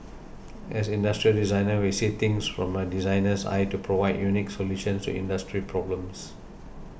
as industrial designer we see things from a designer's eye to provide unique solutions to industry problems